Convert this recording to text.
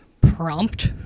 prompt